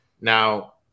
Now